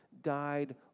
died